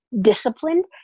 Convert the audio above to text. disciplined